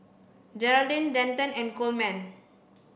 Jeraldine Denton and Coleman